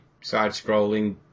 side-scrolling